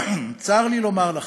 צר לי לומר לכם,